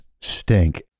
stink